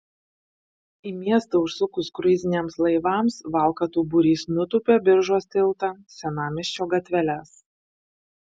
į miestą užsukus kruiziniams laivams valkatų būrys nutūpia biržos tiltą senamiesčio gatveles